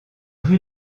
rue